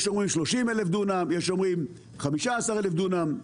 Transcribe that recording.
יש אומרים 30,000 דונם, יש אומרים 15,000 דונם.